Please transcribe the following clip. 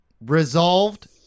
resolved